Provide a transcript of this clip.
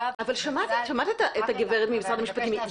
את שמעת את הגברת ממשרד המשפטים.